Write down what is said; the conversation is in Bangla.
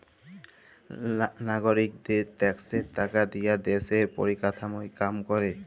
লাগরিকদের ট্যাক্সের টাকা দিয়া দ্যশের পরিকাঠামর কাম ক্যরে